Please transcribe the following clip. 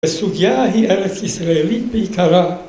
וסוגיה היא ארץ ישראלית בעיקרה